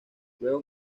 luego